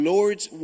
Lord's